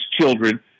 children